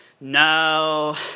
no